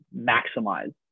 maximize